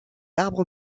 arbre